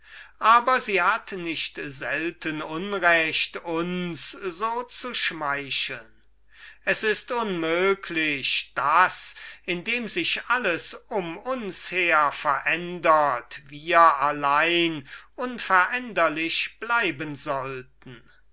aber sie hat unrecht uns so zu schmeicheln es ist unmöglich daß indem alles um uns her sich verändert wir allein unveränderlich sein sollten